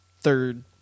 third